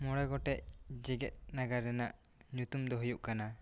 ᱢᱚᱬᱮ ᱜᱚᱴᱮᱡ ᱡᱮᱜᱮᱛ ᱱᱟᱜᱟᱨ ᱨᱮᱭᱟᱜ ᱧᱩᱛᱩᱢ ᱫᱚ ᱦᱩᱭᱩᱜ ᱠᱟᱱᱟ